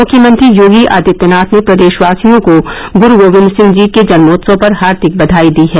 मुख्यमंत्री योगी आदित्यनाथ ने प्रदेशवासियों को गुरू गोविंद सिंह जी के जन्मोत्सव पर हार्दिक बधाई दी है